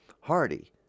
Hardy